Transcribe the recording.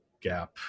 gap